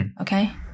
Okay